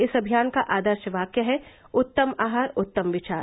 इस अभियान का आदर्श वाक्य है उत्तम आहार उत्तम विचार